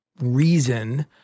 reason